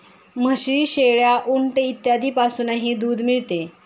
म्हशी, शेळ्या, उंट इत्यादींपासूनही दूध मिळते